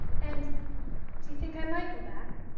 and do you think i might go back?